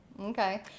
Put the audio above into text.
okay